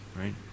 Right